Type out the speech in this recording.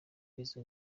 izo